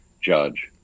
judge